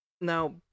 Now